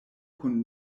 kun